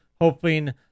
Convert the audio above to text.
hoping